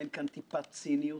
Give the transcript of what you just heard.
אין כאן טיפת ציניות.